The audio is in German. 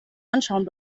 anschauen